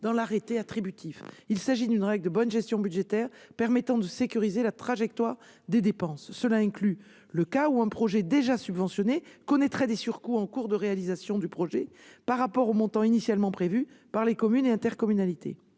dans l'arrêté attributif. Il s'agit d'une règle de bonne gestion budgétaire, permettant de sécuriser la trajectoire des dépenses. Cela inclut le cas où un projet, déjà subventionné, connaîtrait en cours de réalisation des surcoûts par rapport aux montants initialement prévus par les communes et intercommunalités.